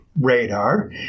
Radar